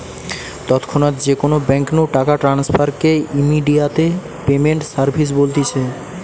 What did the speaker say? তৎক্ষণাৎ যে কোনো বেঙ্ক নু টাকা ট্রান্সফার কে ইমেডিয়াতে পেমেন্ট সার্ভিস বলতিছে